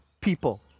people